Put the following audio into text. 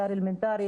אתר אלמנטרי,